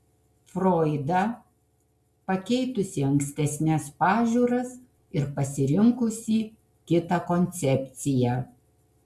froidą pakeitusi ankstesnes pažiūras ir pasirinkusį kitą koncepciją